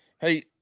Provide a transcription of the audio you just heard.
Hey